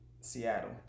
Seattle